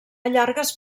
llargues